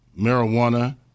marijuana